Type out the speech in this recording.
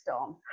on